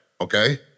Okay